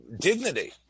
dignity